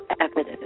evidence